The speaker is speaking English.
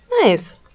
Nice